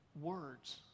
words